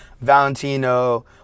Valentino